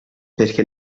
perché